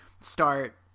start